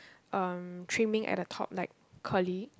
um trimming at the top like curly